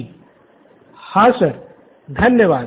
छात्र हाँ सर धन्यवाद